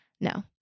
No